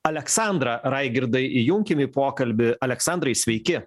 aleksandrą raigirdai įjunkim į pokalbį aleksandrai sveiki